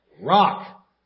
rock